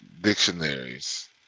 dictionaries